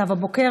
נאוה בוקר,